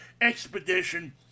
Expedition